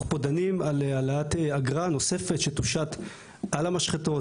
אנחנו פה דנים על העלאת אגרה נוספת שתושת על המשחטות